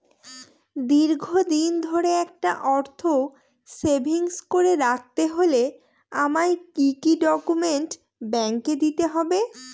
দীর্ঘদিন ধরে একটা অর্থ সেভিংস করে রাখতে হলে আমায় কি কি ডক্যুমেন্ট ব্যাংকে দিতে হবে?